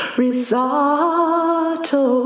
risotto